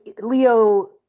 Leo